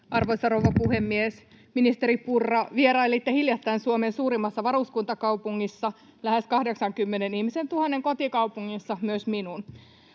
Arvoisa rouva puhemies! Ministeri Purra, vierailitte hiljattain Suomen suurimmassa varuskuntakaupungissa, lähes 80 000 ihmisen kotikaupungissa, myös minun.